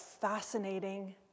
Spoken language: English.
fascinating